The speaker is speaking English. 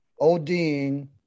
ODing